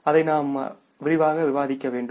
அதை நாம் விரிவாக விவாதிக்க வேண்டும்